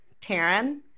Taryn